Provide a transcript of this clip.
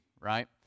Right